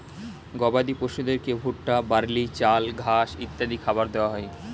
গবাদি পশুদেরকে ভুট্টা, বার্লি, চাল, ঘাস ইত্যাদি খাবার দেওয়া হয়